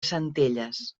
centelles